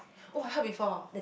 oh I heard before